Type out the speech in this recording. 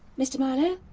mr marlowe?